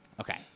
Okay